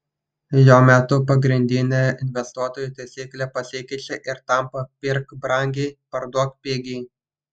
jo metu pagrindinė investuotojų taisyklė pasikeičia ir tampa pirk brangiai parduok pigiai